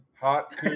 hot